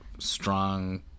Strong